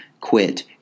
quit